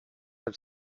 have